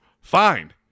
fine